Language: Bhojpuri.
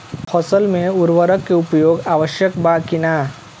फसल में उर्वरक के उपयोग आवश्यक बा कि न?